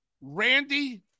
Randy